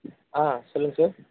ஆ சொல்லுங்கள் சார்